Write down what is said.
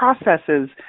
processes